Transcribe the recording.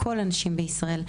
לכל הנשים בישראל,